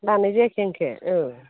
लानाय जायाखै बेखौ औ